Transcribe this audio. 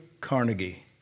Carnegie